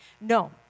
No